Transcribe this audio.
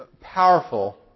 powerful